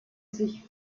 sich